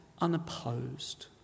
unopposed